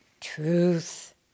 truth